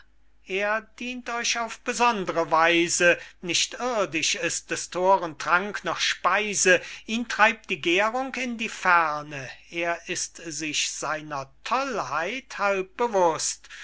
er dient euch auf besondre weise nicht irdisch ist des thoren trank noch speise ihn treibt die gährung in die ferne er ist sich seiner tollheit halb bewußt